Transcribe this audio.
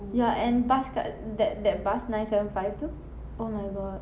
ya and bus kat that that bus nine seven five tu oh my god